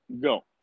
go